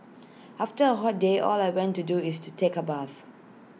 after A hot day all I want to do is to take A bath